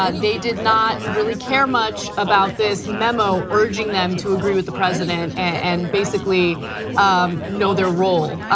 ah they did not really care much about this memo urging them to agree with the president and basically you know their role.